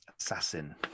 assassin